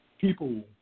People